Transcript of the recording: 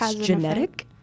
genetic